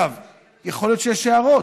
יכול להיות שיש הערות.